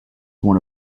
one